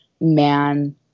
man